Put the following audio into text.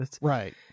Right